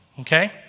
Okay